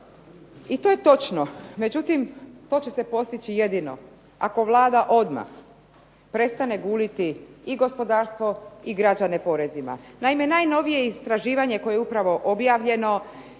i to je točno. Međutim, to će se postići jedino ako Vlada odmah prestane guliti i gospodarstvo i građane porezima. Naime, najnovije istraživanje koje je upravo objavljeno